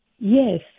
Yes